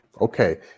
Okay